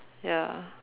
ya